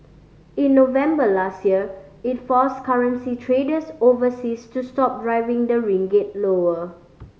in November last year it forced currency traders overseas to stop driving the ringgit lower